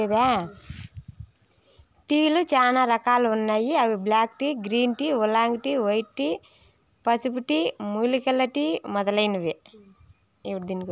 టీలు చానా రకాలు ఉన్నాయి అవి black tea, green tea, oolong tea, white tea, పసుపు టీ, మూలికల టీ మొదలైనవి